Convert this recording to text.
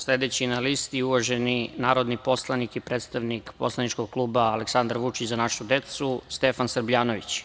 Reč ima uvaženi narodni poslanik i predstavnik poslaničkog kluba Aleksandar Vučić – Za našu decu, Stefan Srbljanović.